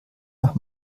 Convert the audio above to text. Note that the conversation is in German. nach